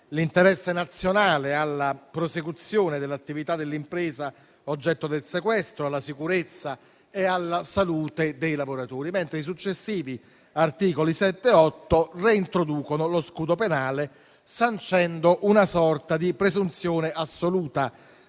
l'interesse nazionale alla prosecuzione dell'attività dell'impresa oggetto del sequestro, alla sicurezza e alla salute dei lavoratori, mentre i successivi articoli 7 e 8 reintroducono lo scudo penale, sancendo una sorta di presunzione assoluta